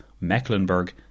Mecklenburg